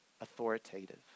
authoritative